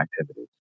activities